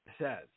says